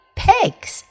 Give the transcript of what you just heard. pigs